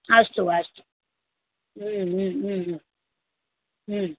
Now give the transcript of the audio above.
अस्तु अस्तु